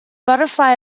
butterfly